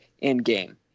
in-game